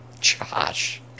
josh